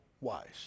wise